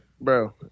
Bro